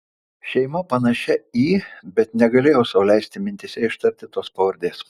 šeima panašia į bet negalėjau sau leisti mintyse ištarti tos pavardės